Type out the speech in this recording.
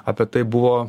apie tai buvo